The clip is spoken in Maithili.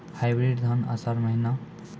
हाइब्रिड धान आषाढ़ महीना?